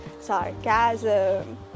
sarcasm